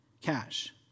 cash